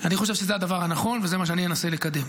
אני חושב שזה הדבר הנכון, וזה מה שאני אנסה לקדם.